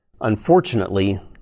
Unfortunately